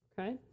okay